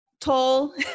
tall